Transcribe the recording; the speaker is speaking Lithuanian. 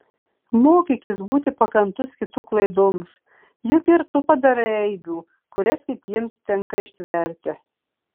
mokykis būti pakantus kitų klaidoms juk ir tu padarai eibių kurias kitiems tenka ištverti